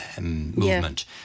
Movement